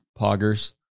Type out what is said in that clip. poggers